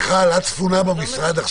מיכל, את ספונה במשרד.